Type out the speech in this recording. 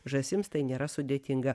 žąsims tai nėra sudėtinga